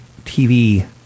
TV